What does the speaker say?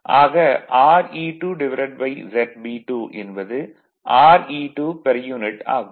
ஆக Re2ZB2 என்பது Re2 per unit ஆகும்